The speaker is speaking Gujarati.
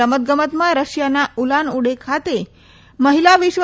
રમતગમતમાં રશિયાના ઉલાન ઉડે ખાતે મહિલા વિશ્વ